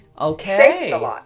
Okay